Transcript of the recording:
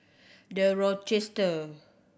The Rochester